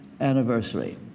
anniversary